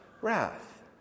wrath